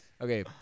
okay